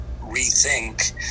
rethink